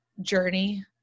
journey